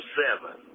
seven